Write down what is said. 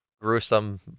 gruesome